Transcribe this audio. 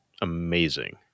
amazing